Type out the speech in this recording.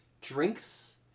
drinks